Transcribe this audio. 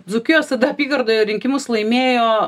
dzūkijos tada apygardoje rinkimus laimėjo